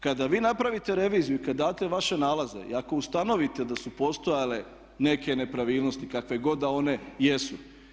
Kada vi napravite reviziju i kad date vaše nalaze i ako ustanovite da su postojale neke nepravilnosti kakve god da one jesu.